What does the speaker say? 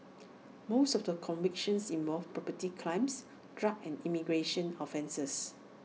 most of the convictions involved property crimes drug and immigration offences